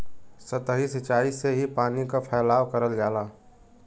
सतही सिचाई से ही पानी क फैलाव करल जाला